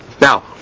Now